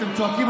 אתם צועקים,